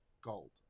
Gold